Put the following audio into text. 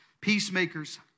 Peacemakers